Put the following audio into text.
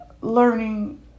learning